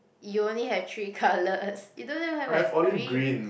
you only have three colours you don't even have a green